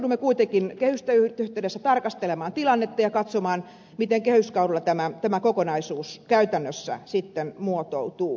me joudumme kuitenkin kehysten yhteydessä tarkastelemaan tilannetta ja katsomaan miten kehyskaudella tämä kokonaisuus käytännössä sitten muotoutuu